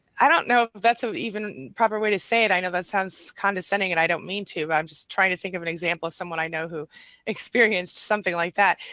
i don't know that's what. even proper way to say it, i know that sounds condescending and i don't mean to, but i'm just trying to think of an example of someone i know who experienced something like that.